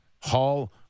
Hall